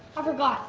i forgot